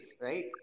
right